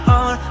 on